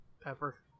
Pepper